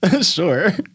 sure